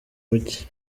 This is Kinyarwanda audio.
mujyi